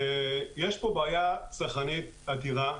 יש פה בעיה צרכנית אדירה.